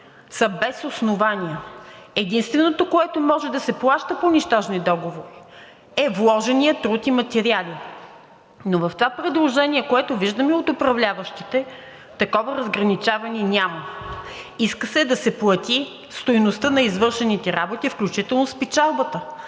са без основание. Единственото, което може да се плаща по нищожни договори, е вложеният труд и материали. Но в това предложение, което виждаме от управляващите, такова разграничаване няма. Иска се да се плати стойността на извършените работи, включително с печалбата,